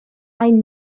hain